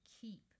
keep